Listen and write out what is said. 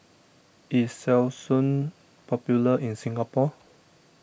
is Selsun popular in Singapore